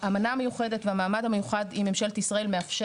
האמנה המיוחדת והמעמד המיוחד עם ממשלת ישראל מאפשר